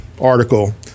article